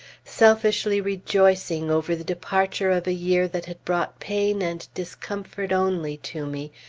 selfishly rejoicing over the departure of a year that had brought pain and discomfort only to me,